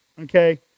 Okay